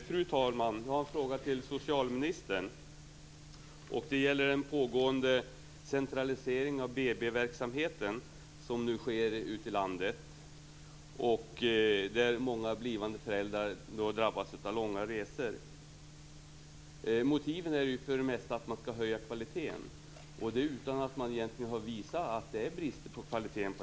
Fru talman! Jag har en fråga till socialministern. Den gäller den pågående centraliseringen av BB verksamheten som sker i landet. Många blivande föräldrar drabbas av långa resor. Motiven är för det mesta att höja kvaliteten, utan att egentligen ha visat att det råder brister i kvaliteten.